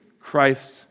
Christ